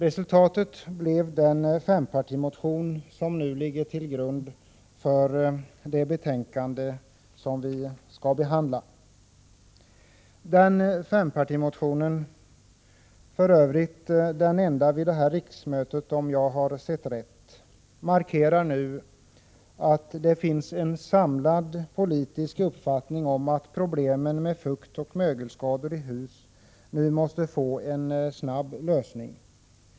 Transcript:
Resultatet blev den fempartimotion som ligger till grund för det betänkande vi nu behandlar. Den fempartimotionen — för övrigt den enda vid detta riksmöte, om jag har sett rätt — markerar att det finns en samlad politisk uppfattning att problemen med fuktoch mögelskador i hus måste få en snar lösning.